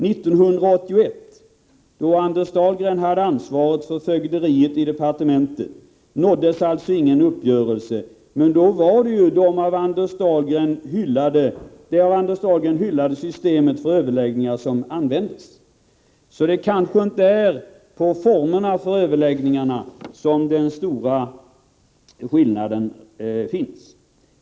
1981, då Anders Dahlgren hade ansvaret för fögderiet i departementet, nåddes alltså ingen uppgörelse, men då var det ju det av Anders Dahlgren hyllade systemet för överläggningar som användes — så det kanske inte är i formerna för överläggningarna som den stora skillnaden finns.